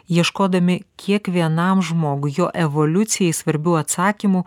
ieškodami kiekvienam žmogui jo evoliucijai svarbių atsakymų